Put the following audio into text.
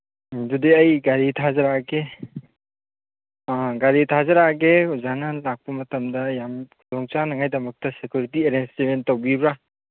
ꯎꯝ ꯑꯗꯨꯗꯤ ꯑꯩ ꯒꯥꯔꯤ ꯊꯥꯖꯔꯛꯑꯒꯦ ꯑꯥ ꯒꯥꯔꯤ ꯊꯥꯖꯔꯛꯑꯒꯦ ꯑꯣꯖꯥꯅ ꯂꯥꯛꯄ ꯃꯇꯝꯗ ꯌꯥꯝ ꯈꯨꯗꯣꯡꯆꯥꯅꯉꯥꯏꯗꯃꯛꯇ ꯁꯦꯀꯨꯔꯤꯇꯤ ꯑꯦꯔꯦꯟꯁꯃꯦꯟ ꯇꯧꯕꯤꯌꯨꯔꯥ